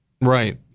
Right